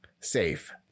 safe